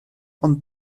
ond